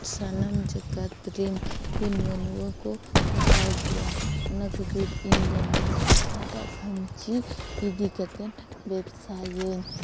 ᱥᱟᱱᱟᱢ ᱡᱟᱠᱟᱛ ᱨᱮᱱ ᱦᱤᱱ ᱢᱟᱱᱣᱟ ᱠᱚ ᱦᱟᱛᱟᱣ ᱜᱮᱭᱟ ᱚᱱᱟ ᱠᱷᱟᱛᱤᱨ ᱤᱧ ᱫᱚ ᱱᱚᱣᱟ ᱦᱟᱴᱟᱜ ᱠᱷᱟᱧᱪᱤ ᱤᱫᱤ ᱠᱟᱛᱮᱫ ᱵᱮᱵᱽᱥᱟᱭᱟᱹᱧ